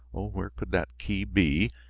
where could that key be?